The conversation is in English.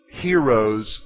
heroes